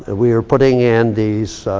ah we are putting in these